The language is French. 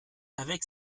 avec